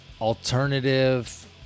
alternative